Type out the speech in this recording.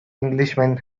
englishman